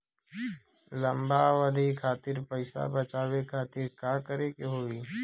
लंबा अवधि खातिर पैसा बचावे खातिर का करे के होयी?